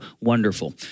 wonderful